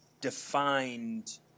defined